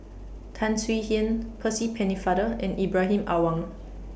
Tan Swie Hian Percy Pennefather and Ibrahim Awang